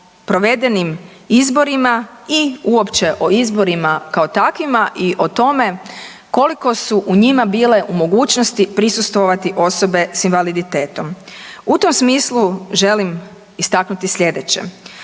provedenim izborima i uopće o izborima kao takvima i o tome koliko su u njima bile u mogućnosti prisustvovati osobe s invaliditetom. U tom smislu želim istaknuti slijedeće.